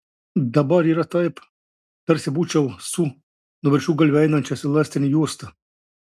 dabar yra taip tarsi būčiau su nuo viršugalvio einančia elastine juosta